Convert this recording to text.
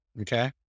Okay